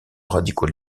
radicaux